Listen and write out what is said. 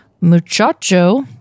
muchacho